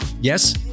Yes